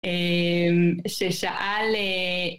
ששאל